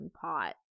pot